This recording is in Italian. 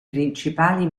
principali